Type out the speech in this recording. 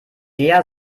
der